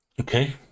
Okay